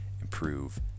improve